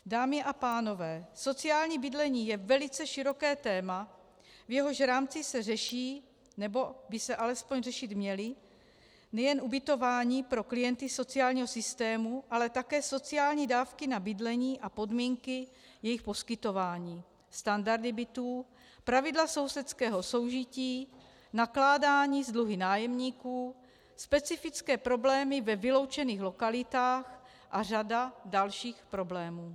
Dámy a pánové, sociální bydlení je velice široké téma, v jehož rámci se řeší, nebo by se alespoň řešit mělo, nejen ubytování pro klienty sociálního systému, ale také sociální dávky na bydlení a podmínky jejich poskytování, standardy bytů, pravidla sousedského soužití, nakládání s dluhy nájemníků, specifické problémy ve vyloučených lokalitách a řada dalších problémů.